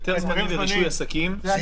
היתר זמני לרישוי עסקים --- אני